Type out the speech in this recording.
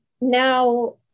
now